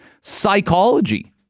psychology